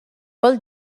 pel